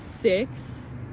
six